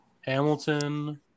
Hamilton